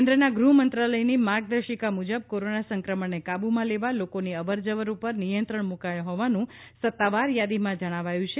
કેન્દ્રના ગૃહ મંત્રાલયની માર્ગદર્શિકા મુજબ કોરોના સંક્રમણને કાબુમાં લેવા લોકોની અવર જવર ઉપર નિયંત્રણ મુકાયા હોવાનુ સત્તાવાર યાદીમાં જણાવાયું છે